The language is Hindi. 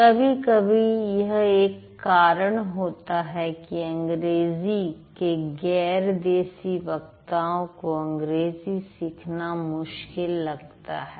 कभी कभी यह एक कारण होता है कि अंग्रेजी के गेर देसी वक्ताओं को अंग्रेजी सीखना मुश्किल लगता है